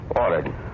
Ordered